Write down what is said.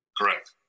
Correct